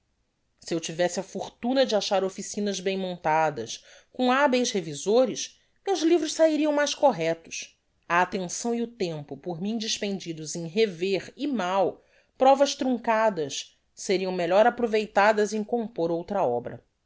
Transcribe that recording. si eu tivesse a fortuna de achar officinas bem montadas com habeis revisores meus livros sahiriam mais correctos a attenção e o tempo por mim despendidos em rever e mal provas truncadas seriam melhor aproveitadas em compor outra obra